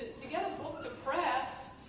to get a book to press